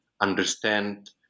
understand